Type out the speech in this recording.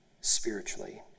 spiritually